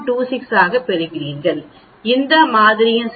26 ஆக பெறுகிறீர்கள் இந்த மாதிரியின் சராசரி 24